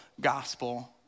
gospel